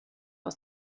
aus